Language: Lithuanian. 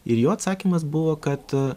ir jo atsakymas buvo kad